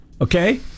Okay